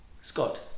Scott